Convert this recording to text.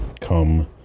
come